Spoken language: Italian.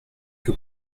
più